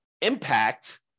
impact